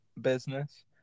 business